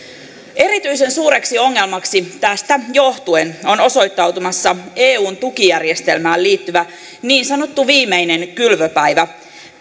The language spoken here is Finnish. erityisen suureksi ongelmaksi tästä johtuen on osoittautumassa eun tukijärjestelmään liittyvä niin sanottu viimeinen kylvöpäivä